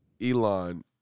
Elon